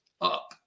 up